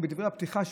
בדברי הפתיחה שלו,